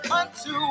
unto